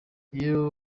iyo